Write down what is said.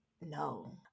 no